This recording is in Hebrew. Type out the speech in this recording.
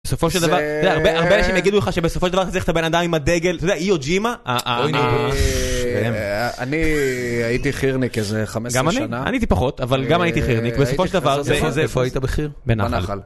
בסופו של דבר, הרבה אנשים יגידו לך שבסופו של דבר אתה צריך את הבן אדם עם הדגל, אתה יודע, אי הוג'ימה, ה... אוי, אני הייתי חירניק איזה 15 שנה. אני הייתי פחות, אבל גם הייתי חירניק. בסופו של דבר, זה איזה... איפה היית בחיר? בנחל.